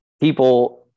people